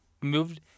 moved